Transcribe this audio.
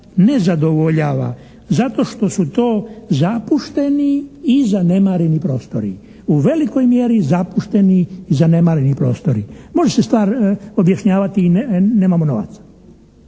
ne zadovoljava zato što su to zapušteni i zanemareni prostori, u velikoj mjeri zapušteni i zanemareni prostori. Može se stvar objašnjavati nemamo novaca,